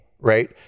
right